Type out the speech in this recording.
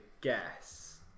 guess